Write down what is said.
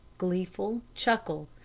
gleeful chuckle,